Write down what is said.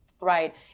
right